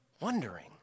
wondering